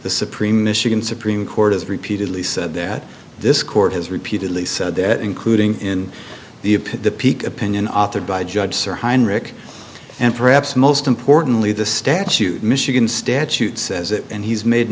the supreme michigan supreme court has repeatedly said that this court has repeatedly said that including in the appeared the peak opinion authored by judge sir heinrich and perhaps most importantly the statute michigan statute says it and he's made